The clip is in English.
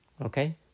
Okay